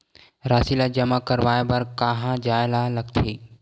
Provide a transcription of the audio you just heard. राशि ला जमा करवाय बर कहां जाए ला लगथे